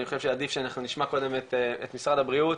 אני חושב שעדיף שאנחנו נשמע קודם את משרד הבריאות